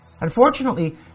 Unfortunately